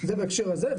זה בהקשר הזה,